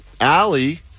Allie